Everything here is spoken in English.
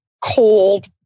cold